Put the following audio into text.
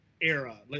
era